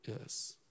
Yes